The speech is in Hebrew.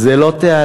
זו לא תעלה,